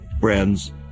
friends